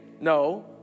No